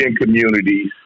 communities